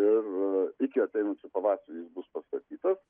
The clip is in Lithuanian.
ir iki ateinančio pavasario jis bus pastatytas